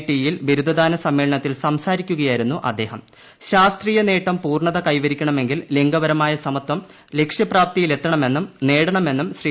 T യിൽ ബിരുദ സമ്മേളനത്തിൽ ദാന സംസാരിക്കുകയായിരുന്നു അദ്ദേഹം ശാസ്ത്രീയ നേട്ടം പൂർണ്ണത് ള്കൈവരിക്കണമെങ്കിൽ ലിംഗപരമായ സമത്യം ലക്ഷ്യപ്രാപ്തിയിലെത്ത്ണ്ട്മെന്നും നേടണമെന്നും ശ്രീ